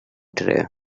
tray